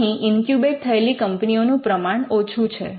અહીં ઇન્ક્યુબેટ્ થયેલી કંપનીઓનું પ્રમાણ ઓછું છે